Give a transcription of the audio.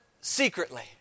secretly